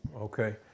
Okay